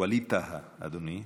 ווליד טאהא, אדוני.